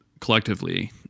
collectively